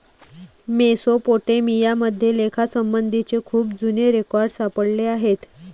Mesopotamia मध्ये लेखासंबंधीचे खूप जुने रेकॉर्ड सापडले आहेत